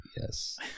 Yes